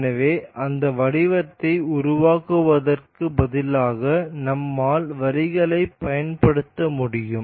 எனவே அந்த வடிவத்தை உருவாக்குவதற்கு பதிலாக நம்மால் வரிகளைப் பயன்படுத்த முடியும்